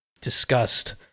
disgust